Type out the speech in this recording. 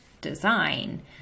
design